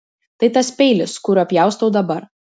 tai tas peilis kuriuo pjaustau dabar